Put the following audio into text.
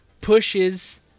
pushes